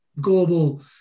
global